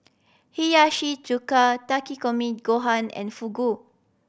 Hiyashi Chuka Takikomi Gohan and Fugu